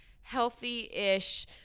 healthy-ish